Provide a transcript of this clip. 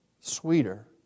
sweeter